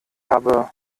habe